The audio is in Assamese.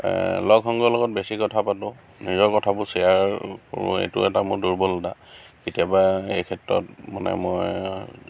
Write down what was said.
লগ সংগৰ লগত বেছি কথা পাতোঁ নিজৰ কথাবোৰ শ্বেয়াৰ কৰোঁ এইটো এটা মোৰ দুৰ্বলতা কেতিয়াবা এই ক্ষেত্ৰত মানে মই